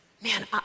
man